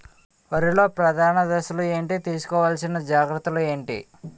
వరిలో ప్రధాన దశలు ఏంటి? తీసుకోవాల్సిన జాగ్రత్తలు ఏంటి?